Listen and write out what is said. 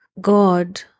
God